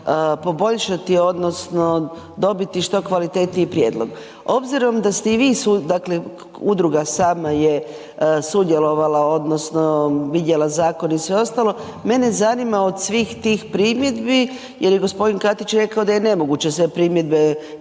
poboljšati odnosno dobiti što kvalitetniji prijedlog. Obzirom da ste i vi, dakle udruga sama je sudjelovala odnosno vidjela zakon i sve ostalo, mene zanima od svih tih primjedbi, jer je gospodin Katić rekao da je nemoguće sve primjedbe